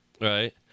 right